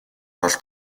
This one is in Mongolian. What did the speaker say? бол